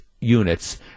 units